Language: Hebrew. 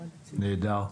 נהדר.